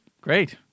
Great